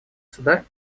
суда